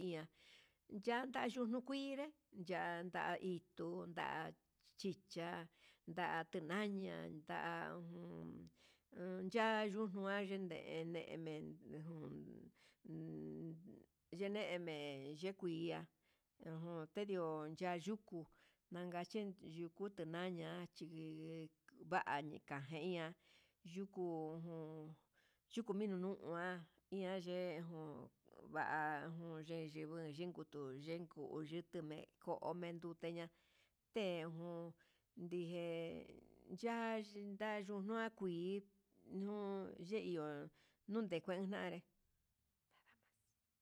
Iha yanda yunu kuinré yanda iin tuta ta chicha'a nda teñañan ña'a un ya ñuan yunene jun, yeneme ye kuia ujun te ndio ya'a yuku nakan chén yuku tenaña chiki va'a nika'a, jeinña yuku yuku minuu nua ian yee jun va'a jun ye yingui, yinkutu yenku tukume konden yuté ña'a te jun ndije ya'a yunuavi nuu ye iho nunde kanre nadamas.